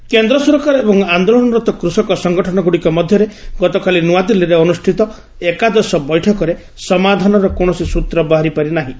centre farmer କେନ୍ଦ୍ର ସରକାର ଏବଂ ଆନ୍ଦୋଳନରତ କୃଷକ ସଂଗଠନଗୁଡ଼ିକ ମଧ୍ୟରେ ଗତକାଲି ନୂଆଦିଲ୍ଲୀରେ ଅନୁଷ୍ଠିତ ଏକାଦଶ ବୈଠକରେ ସମାଧାନର କୌଣସି ସୂତ୍ର ବାହାରି ପାରି ନାହିଁ